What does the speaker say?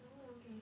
oh okay